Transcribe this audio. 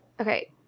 Okay